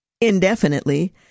indefinitely